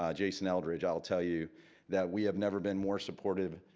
um jason eldredge, i'll tell you that we have never been more supportive,